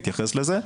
להתייחס לזה.